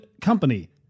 company